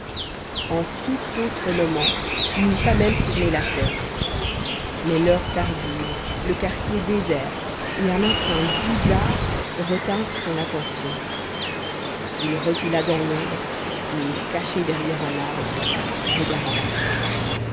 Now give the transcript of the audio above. en tout autre moment il n'eût pas même tourné la tête mais l'heure tardive le quartier désert et un instinct bizarre retinrent son attention il recula dans l'ombre et caché derrière un arbre regarda